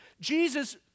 Jesus